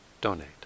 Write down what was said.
donate